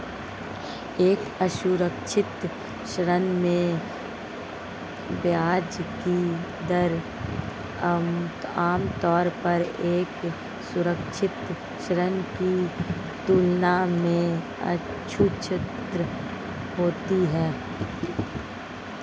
एक असुरक्षित ऋण में ब्याज की दर आमतौर पर एक सुरक्षित ऋण की तुलना में उच्चतर होती है?